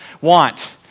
want